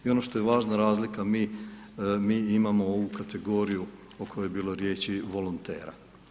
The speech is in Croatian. I ono što je važno razlika mi, mi imamo ovu kategoriju o kojoj je bilo riječi volontera.